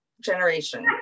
generation